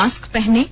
mask पहनें